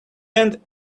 end